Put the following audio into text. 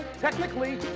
Technically